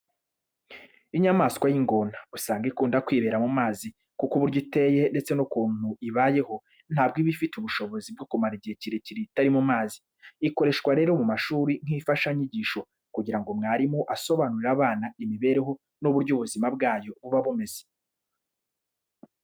Inyamaswa y'ingona usanga ikunda kwibera mu mazi kuko uburyo iteye ndetse n'ukuntu ibayeho, ntabwo iba ifite ubushobozi bwo kumara igihe kirekire itari mu mazi. Ikoreshwa rero mu mashuri nk'imfashanyigisho kugira ngo mwarimu asobanurire abana imibereho n'ububyo ubuzima bwayo buba bumeze.